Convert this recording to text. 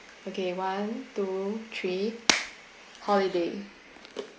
okay one two three holiday